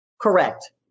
Correct